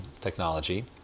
technology